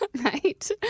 Right